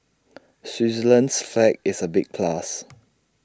Switzerland's flag is A big plus